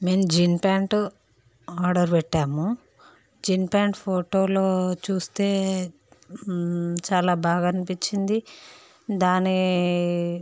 మేం jean pant order పెట్టాము jean pant ఫొటోలో చూస్తే చాలా బాగా అనిపించింది దాని